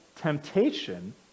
temptation